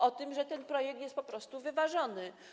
O tym, że ten projekt jest po prostu wyważony.